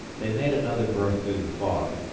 they made another berth through the fog,